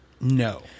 No